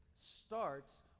starts